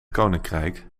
koninkrijk